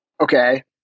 okay